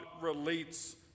relates